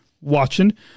watching